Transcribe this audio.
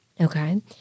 Okay